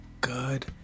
good